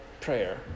prayer